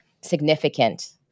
significant